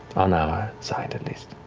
on our side at least.